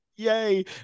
Yay